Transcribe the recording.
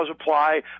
apply